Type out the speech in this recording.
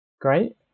Great